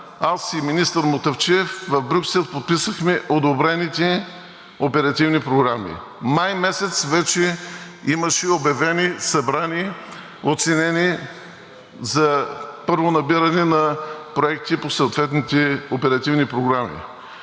аз и министър Мутафчиев в Брюксел подписахме одобрените оперативни програми. Май месец вече имаше обявени, събрани, оценени за първо набиране на проекти по съответните оперативни програми.